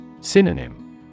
Synonym